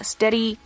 Steady